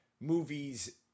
movies